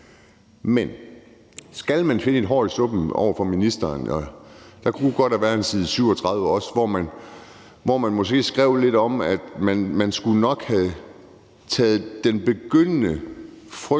Men skal man finde et hår i suppen over for ministeren, kunne der også godt have været en side 37, hvor man måske skrev lidt, der viste, at man har taget den begyndende frygt